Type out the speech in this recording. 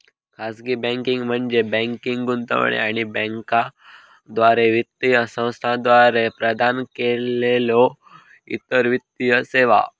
खाजगी बँकिंग म्हणजे बँकिंग, गुंतवणूक आणि बँका आणि वित्तीय संस्थांद्वारा प्रदान केलेल्यो इतर वित्तीय सेवा